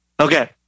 Okay